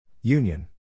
Union